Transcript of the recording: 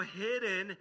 hidden